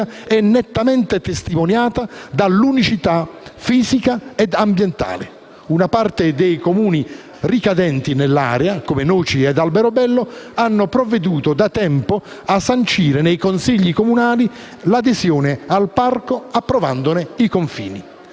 è nettamente testimoniata dall'unicità fisica e ambientale. Una parte dei Comuni ricadenti nell'area - come Noci e Alberobello - ha provveduto da tempo a sancire nei consigli comunali l'adesione al parco, approvandone i confini.